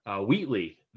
Wheatley